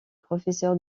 professeur